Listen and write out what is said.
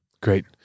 Great